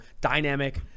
dynamic